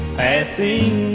passing